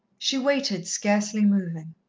she waited, scarcely moving.